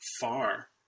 far